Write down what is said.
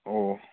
ꯑꯣ